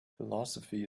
philosophy